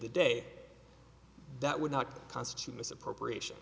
the day that would not constitute misappropriation